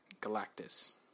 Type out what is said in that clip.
Galactus